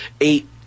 Eight